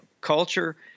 culture